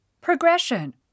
Progression